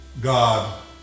God